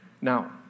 Now